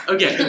Okay